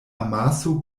amaso